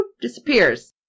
disappears